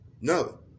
No